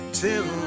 till